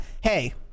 Hey